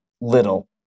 little